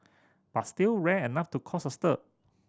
but still rare enough to cause a stir